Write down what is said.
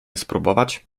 spróbować